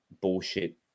bullshit